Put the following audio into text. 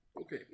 Okay